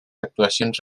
actuacions